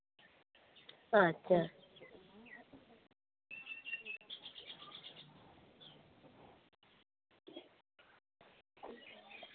ᱟᱪᱪᱷᱟ